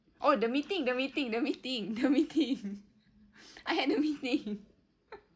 oh the meeting the meeting the meeting the meeting I had the meeting